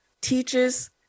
teaches